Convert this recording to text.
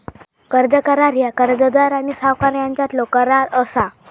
कर्ज करार ह्या कर्जदार आणि सावकार यांच्यातलो करार असा